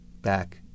back